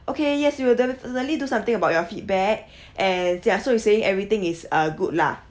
okay yes we will definitely do something about your feedback and ya so you're saying everything is uh good lah